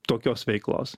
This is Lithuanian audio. tokios veiklos